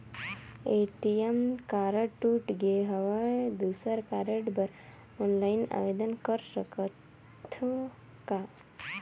ATM card टूट गे हववं दुसर कारड बर ऑनलाइन आवेदन कर सकथव का?